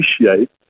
appreciate